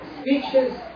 speeches